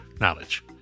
knowledge